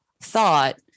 thought